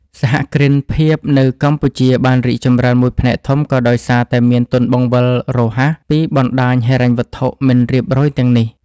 សហគ្រិនភាពនៅកម្ពុជាបានរីកចម្រើនមួយផ្នែកធំ ក៏ដោយសារតែមាន "ទុនបង្វិលរហ័ស" ពីបណ្ដាញហិរញ្ញវត្ថុមិនរៀបរយទាំងនេះ។